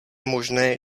možné